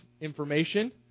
information